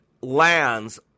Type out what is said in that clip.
lands